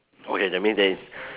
okay that means they